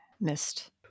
missed